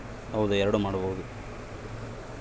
ಠೇವಣಿ ಖಾತೆಗ ಗ್ರಾಹಕರು ರೊಕ್ಕವನ್ನ ಹಾಕ್ಬೊದು ಇಲ್ಲ ಹಿಂದುಕತಗಬೊದು